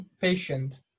patient